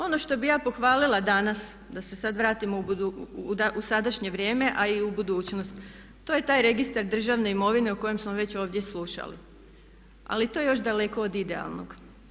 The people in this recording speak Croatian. Ono što bih ja pohvalila danas da se sad vratimo u sadašnje vrijeme, a i u budućnost to je taj registar državne imovine o kojem smo već ovdje slušali, ali to je još daleko od idealnog.